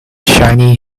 shiny